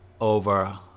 over